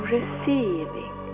receiving